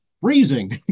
freezing